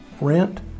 rent